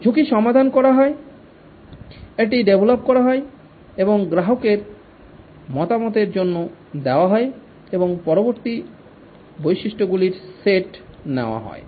ঝুঁকি সমাধান করা হয় এটি ডেভলপ করা হয় এবং গ্রাহকের মতামতের জন্য দেওয়া হয় এবং পরবর্তী বৈশিষ্ট্যগুলির সেট নেওয়া হয়